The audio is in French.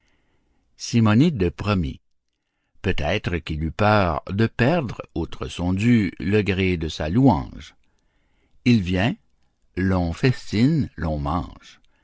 simonide promit peut-être qu'il eut peur de perdre outre son dû le gré de sa louange il vient l'on festine l'on mange